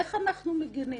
איך אנחנו מגינים?